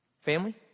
family